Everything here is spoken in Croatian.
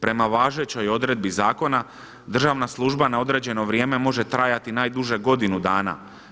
Prema važećoj odredbi zakona državna služba na određeno vrijeme može trajati najduže godinu dana.